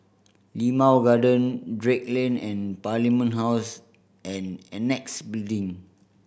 Limau Garden Drake Lane and Parliament House and Annexe Building